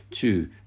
two